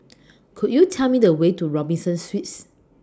Could YOU Tell Me The Way to Robinson Suites